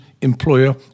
employer